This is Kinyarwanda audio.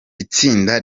itsinda